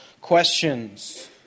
questions